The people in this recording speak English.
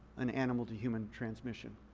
an animal-to-human transition.